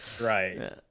right